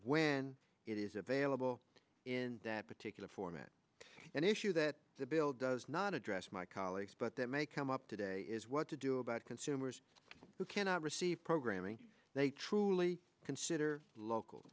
when it is available in that particular format an issue that the bill does not address my colleagues but that may come up today is what to do about consumers who cannot receive programming they truly consider local